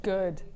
Good